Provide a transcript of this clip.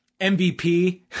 MVP